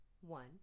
one